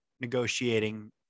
negotiating